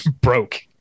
broke